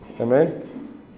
Amen